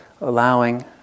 allowing